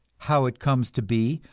how it comes to be,